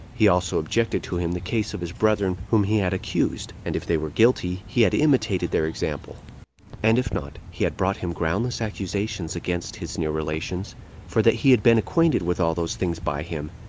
he also objected to him the case of his brethren whom he had accused and if they were guilty, he had imitated their example and if not, he had brought him groundless accusations against his near relations for that he had been acquainted with all those things by him,